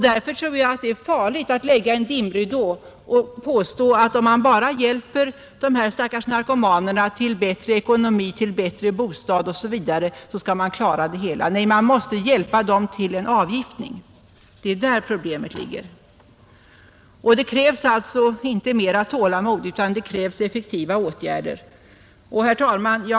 Därför tror jag att det är farligt att lägga ut en dimridå genom att påstå att om man bara hjälper de stackars narkomanerna till bättre ekonomi, till bättre bostad osv. skall man klara det hela. Nej, man måste hjälpa dem till en avgiftning. Det är där problemet ligger. Det krävs alltså inte mera tålamod utan det krävs effektiva åtgärder. att komma till att komma till rätta med narkotikaproblemet Herr talman!